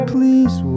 Please